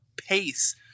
pace